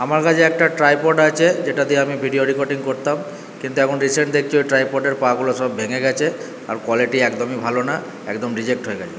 আমার কাছে একটা ট্রাইপড আছে যেটা দিয়ে আমি ভিডিও রেকর্ডিং করতাম কিন্তু এখন রিসেন্ট দেখছি ওই ট্রাইপডের পা গুলো সব ভেঙ্গে গেছে আর কোয়ালিটি একদমই ভালো না একদম রিজেক্ট হয়ে গেছে